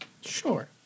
Sure